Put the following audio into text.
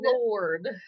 lord